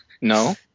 no